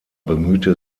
bemühte